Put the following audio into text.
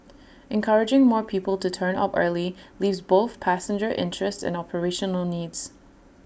encouraging more people to turn up early leaves both passenger interests and operational needs